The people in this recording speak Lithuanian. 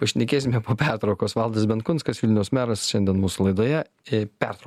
pašnekėsime po pertraukos valdas benkunskas vilniaus merasšiandien mūsų laidoje pertrauka